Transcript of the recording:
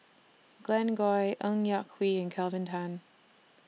Glen Goei Ng Yak Whee and Kelvin Tan